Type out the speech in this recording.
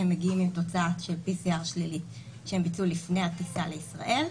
שמגיעים עם תוצאת PCR שלילית שביצעו לפני הטיסה לישראל,